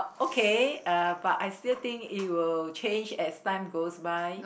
okay uh but I still think it will change as time goes by